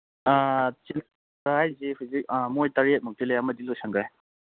ꯑꯥ ꯍꯥꯏꯗꯤ ꯍꯧꯖꯤꯛ ꯃꯣꯏ ꯇꯔꯦꯠꯃꯨꯛ ꯂꯩ ꯑꯃꯗꯤ ꯂꯣꯏꯁꯤꯟꯈ꯭ꯔꯦ